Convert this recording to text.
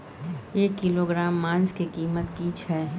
एक किलोग्राम मांस के कीमत की छै?